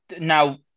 Now